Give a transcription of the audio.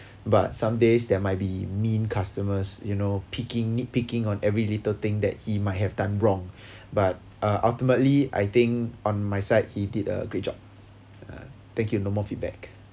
but some days there might be mean customers you know picking nitpicking on every little thing that he might have done wrong but uh ultimately I think on my side he did a great job ya thank you no more feedback